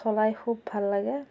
চলাই খুব ভাল লাগে